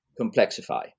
complexify